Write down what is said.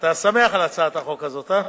אתה שמח על הצעת החוק הזאת, אה?